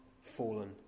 fallen